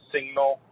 Signal